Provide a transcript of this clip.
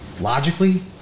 logically